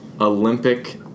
Olympic